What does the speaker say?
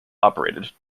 operated